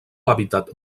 hàbitat